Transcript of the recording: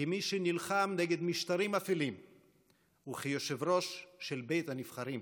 כמי שנלחם נגד משטרים אפלים וכיושב-ראש של בית הנבחרים,